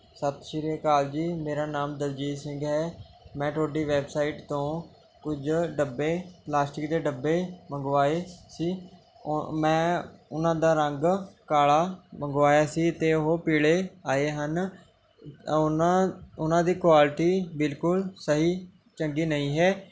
ਸਤਿ ਸ਼੍ਰੀ ਅਕਾਲ ਜੀ ਮੇਰਾ ਨਾਮ ਦਲਜੀਤ ਸਿੰਘ ਹੈ ਮੈਂ ਤੁਹਾਡੀ ਵੈੱਬਸਾਈਟ ਤੋਂ ਕੁਝ ਡੱਬੇ ਪਲਾਸਟਿਕ ਦੇ ਡੱਬੇ ਮੰਗਵਾਏ ਸੀ ਉਹ ਮੈਂ ਉਹਨਾਂ ਦਾ ਰੰਗ ਕਾਲ਼ਾ ਮੰਗਵਾਇਆ ਸੀ ਅਤੇ ਉਹ ਪੀਲ਼ੇ ਆਏ ਹਨ ਉਹਨਾਂ ਉਹਨਾਂ ਦੀ ਕੁਆਲਿਟੀ ਬਿਲਕੁਲ ਸਹੀ ਚੰਗੀ ਨਹੀਂ ਹੈ